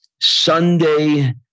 Sunday